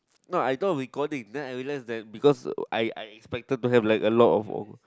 no I thought recording then I realised that because I I expected to have a lot of of